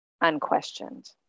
unquestioned